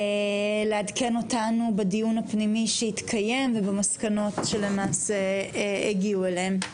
לעדכן אותנו בדיון הפנימי שהתקיים ובמסקנות שלמעשה הגיעו אליהם.